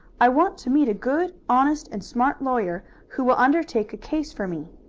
i want to meet a good, honest and smart lawyer, who will undertake a case for me.